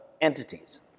entities